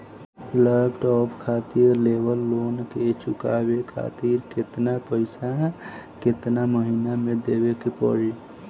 Laptop खातिर लेवल loan के चुकावे खातिर केतना पैसा केतना महिना मे देवे के पड़ी?